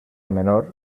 menor